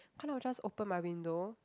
kind of just open my window